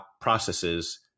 processes